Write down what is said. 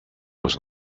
was